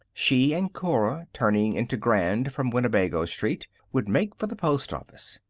she and cora, turning into grand from winnebago street, would make for the post office.